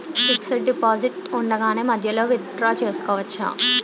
Fixed deposit ఉండగానే మధ్యలో withdraw చేసుకోవచ్చా?